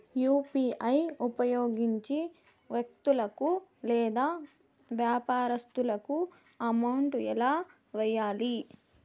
UPI ఉపయోగించి వ్యక్తులకు లేదా వ్యాపారస్తులకు అమౌంట్ ఎలా వెయ్యాలి